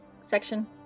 section